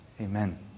Amen